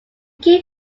key